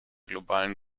globalen